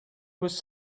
was